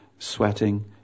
Sweating